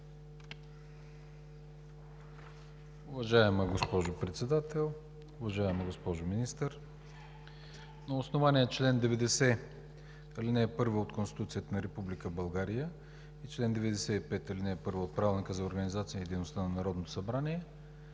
Уважаема госпожо Председател! Уважаема госпожо Министър, на основание чл. 90, ал. 1 от Конституцията на Република България и чл. 95, ал. 1 от Правилника за организацията и дейността на Народното събрание